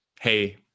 hey